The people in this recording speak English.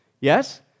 Yes